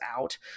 out